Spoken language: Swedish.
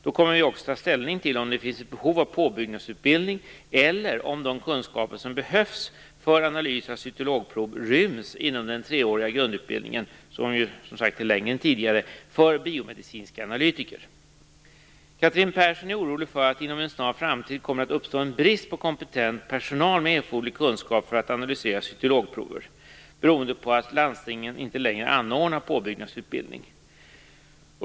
Då kommer vi också att ta ställning till om det finns ett behov av påbyggnadsutbildning eller om de kunskaper som behövs för analys av cytologprov ryms inom den treåriga grundutbildningen, vilken ju som sagt är längre än tidigare, för biomedicinska analytiker. Cathrine Persson är orolig för att det inom en snar framtid kommer att uppstå en brist på kompetent personal med erforderlig kunskap för att analysera cytologprover beroende på att landstingen inte längre anordnar påbyggnadsutbildning.